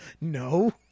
No